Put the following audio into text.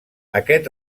aquest